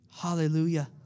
Hallelujah